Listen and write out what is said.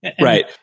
Right